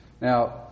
Now